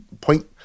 point